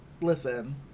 listen